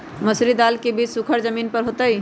मसूरी दाल के बीज सुखर जमीन पर होतई?